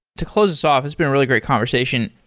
to close this off, it's been a really great conversation,